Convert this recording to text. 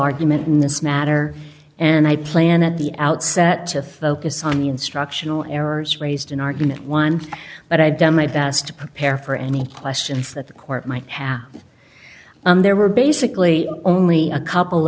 argument in this matter and i plan at the outset to focus on the instructional errors raised in argument one but i've done my best to prepare for any questions that the court might have and there were basically only a couple